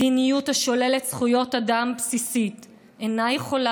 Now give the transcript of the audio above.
מדיניות השוללת זכויות אדם בסיסיות אינה יכולה